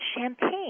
champagne